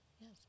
Yes